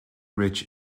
rich